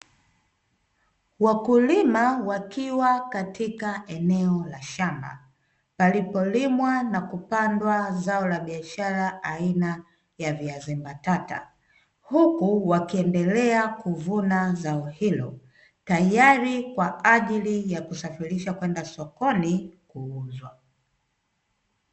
Wakulima wakiwa katika eneo la shamba, palipolimwa na kupandwa zao la biashara aina ya viazi mbatata. Huku wakiendelea kuvuna zao hilo tayari kwa kusafirishwa kwenda sokoni kwa ajili ya kuuza.